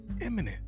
imminent